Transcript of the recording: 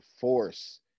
force